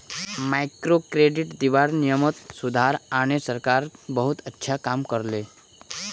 microcredit दीबार नियमत सुधार आने सरकार बहुत अच्छा काम कर ले